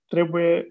Trebuie